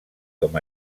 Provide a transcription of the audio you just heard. com